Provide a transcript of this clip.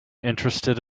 interested